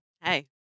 hey